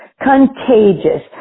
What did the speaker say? contagious